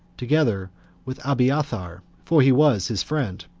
together with abiathar, for he was his friend.